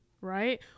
right